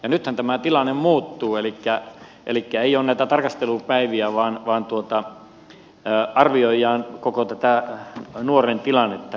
nythän tämä tilanne muuttuu elikkä ei ole näitä tarkastelupäiviä vaan arvioidaan koko tätä nuoren tilannetta